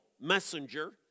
messenger